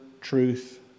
truth